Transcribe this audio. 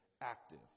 active